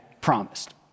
promised